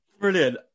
Brilliant